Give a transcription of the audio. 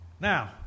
Now